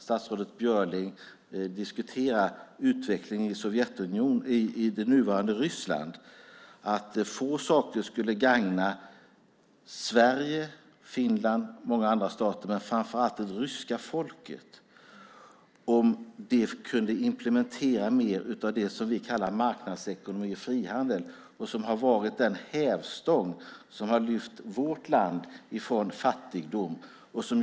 Statsrådet Björling diskuterade utvecklingen i det nuvarande Ryssland. Få saker skulle gagna Sverige, Finland och många andra stater, framför allt det ryska folket, så mycket som om Ryssland kunde implementera mer av det vi kallar marknadsekonomi och frihandel. De har varit den hävstång som har lyft vårt land från fattigdom.